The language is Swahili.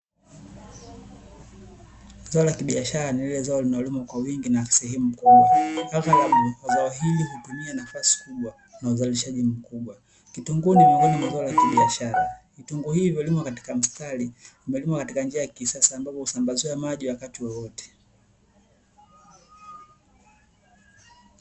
Zao la kibiashara ni lile zao linalimwa kwa wingi na sehemu kubwa zao hili hutmia nafasi kubwa na uzalishaji mkubwa, kitunguu ni miongoni mwa mazao ya kibiashara kitunguu hii imelimwa katika mstari limelimwa njia ya kisasa ambavyo husambaziwa maji wakati wowote.